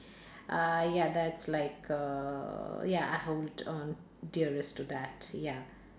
uh ya that's like uh ya I hold on dearest to that ya